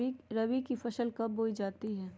रबी की फसल कब बोई जाती है?